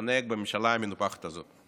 מפנק בממשלה המנופחת הזו.